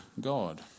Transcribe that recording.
God